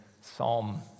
Psalm